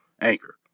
Anchor